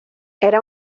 era